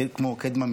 כמו קדמה,